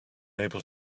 able